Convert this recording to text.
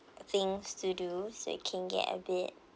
things to do so you can get a bit